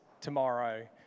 tomorrow